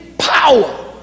Power